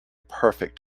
perfect